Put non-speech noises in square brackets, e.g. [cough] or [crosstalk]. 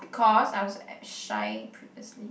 because I was [noise] shy previously